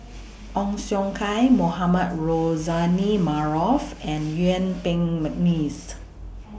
Ong Siong Kai Mohamed Rozani Maarof and Yuen Peng Mcneice